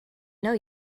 know